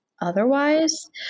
otherwise